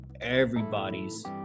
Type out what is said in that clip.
everybody's